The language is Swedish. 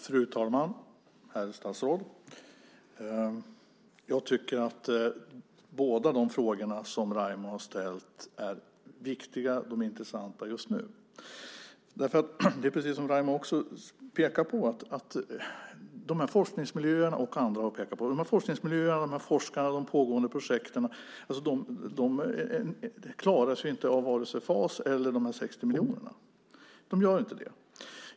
Fru talman, herr statsråd! Jag tycker att båda frågorna som Raimo har ställt är viktiga. De är intressanta just nu. Precis som Raimo och andra har pekat på är det så att de här forskningsmiljöerna, de här forskarna och de pågående projekten inte klarar sig genom vare sig FAS eller de 60 miljonerna. Det gör de inte.